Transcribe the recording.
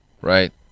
Right